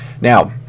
Now